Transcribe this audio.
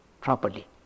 properly